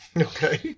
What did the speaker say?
Okay